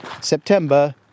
September